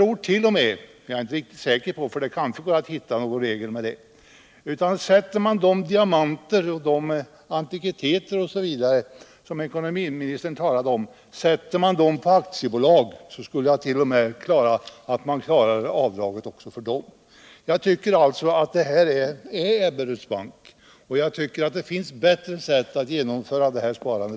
Om man sätter på aktiebolag de diamanter och antikviteter som ekonomiministern talade om, tror jag t o. m. att man klarar avdraget också för dem. Jag är inte riktigt säker, men kanske går det att hitta någon regel även för detta. Det här är alltså Ebberöds bank, och jag tycker att det finns bättre sätt att genomföra detta sparande.